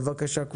בבקשה.